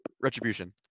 Retribution